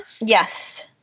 Yes